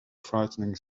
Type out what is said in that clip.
frightening